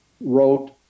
wrote